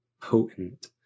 potent